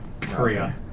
Korea